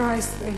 הישראלית,